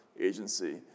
agency